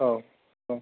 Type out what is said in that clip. औ औ